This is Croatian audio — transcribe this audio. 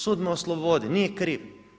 Sud me oslobodi, nije kriv.